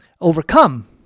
overcome